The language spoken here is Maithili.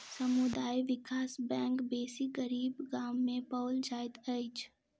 समुदाय विकास बैंक बेसी गरीब गाम में पाओल जाइत अछि